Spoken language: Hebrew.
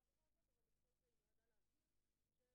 אנחנו בעצם לקחנו את ההגדרה הזאת "מבצע